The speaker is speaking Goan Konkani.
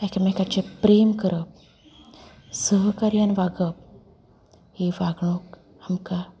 एकामेकाचेर प्रेम करप सहकार्यान वागप ही वागणूक आमकां